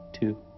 two